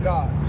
God